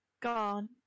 Gone